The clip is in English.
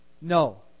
No